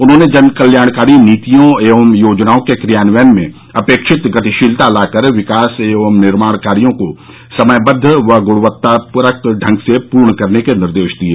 उन्होंने जनकल्याणकारी नीतियों एवं योजनाओं के क्रियान्वयन में अपेक्षित गतिशीलता लाकर विकास एवं निर्माण कार्यो को समयबद्व व गुणवत्तापरक ढंग से पूर्ण करने के निर्देश दिये